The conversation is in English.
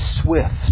swift